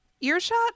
Earshot